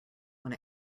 when